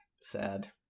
sad